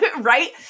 Right